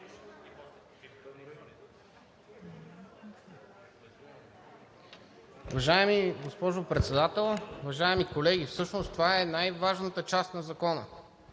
Уважаема госпожо Председател, уважаеми колеги! Всъщност това е най-важната част на Закона.